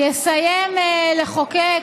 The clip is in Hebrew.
יסיים לחוקק